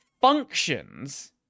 functions